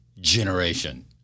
generation